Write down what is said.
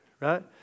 right